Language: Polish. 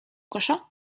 kosza